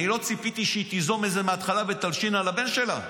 אני לא ציפיתי שהיא תיזום את זה מהתחלה ותלשין על הבן שלה.